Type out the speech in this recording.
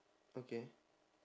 okay